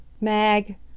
Mag